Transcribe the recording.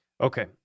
Okay